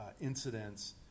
incidents